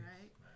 right